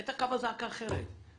הייתה קמה זעקה אחרת,